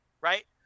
Right